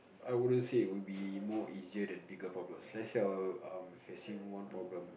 I wouldn't say it would be more easier than bigger problems let's say I I'm facing one problem